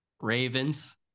ravens